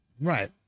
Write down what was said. Right